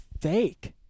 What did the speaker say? fake